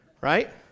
right